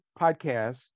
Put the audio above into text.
podcast